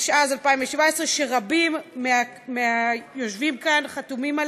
התשע"ז 2017, שרבים מהיושבים כאן חתומים עליה,